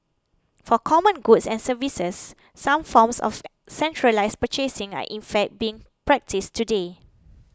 for common goods and services some forms of centralised purchasing are in fact being practised today